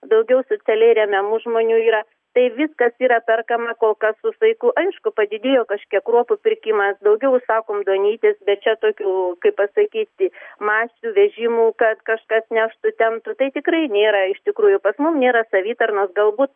daugiau socialiai remiamų žmonių yra tai viskas yra perkama kol kas su saiku aišku padidėjo kažkiek kruopų pirkimas daugiau užsakom duonytės bet čia tokių kaip pasakyti masinių vežimų kad kažkas neštų temptų tai tikrai nėra iš tikrųjų pas mum nėra savitarnos galbūt